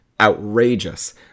outrageous